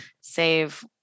save